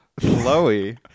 Flowy